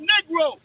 Negro